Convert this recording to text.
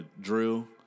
drill